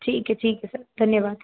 ठीक है ठीक है सर धन्यवाद